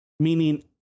meaning